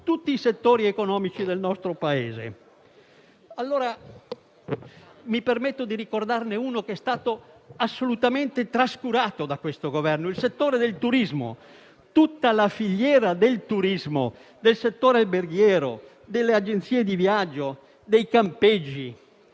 tutti i settori economici del nostro Paese. Mi permetto di ricordarne uno che è stato assolutamente trascurato da questo Governo. Mi riferisco al settore del turismo: tutta la filiera del turismo, del settore alberghiero, delle agenzie di viaggio, dei campeggi